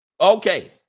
okay